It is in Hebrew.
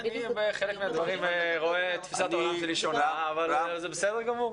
בחלק מהדברים תפיסת העולם שלי שונה אבל זה בסדר גמור.